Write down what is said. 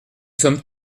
sommes